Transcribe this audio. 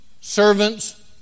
servants